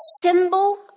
symbol